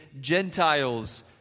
Gentiles